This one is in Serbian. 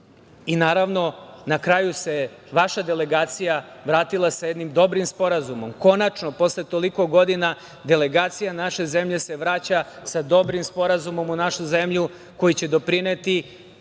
na kraju se vaša delegacija vratila sa jednim dobrim sporazumom. Konačno posle toliko godina delegacija naše zemlje se vraća sa dobrim sporazumom u našu zemlju koji će doprineti